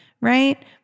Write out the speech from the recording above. right